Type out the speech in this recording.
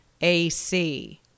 AC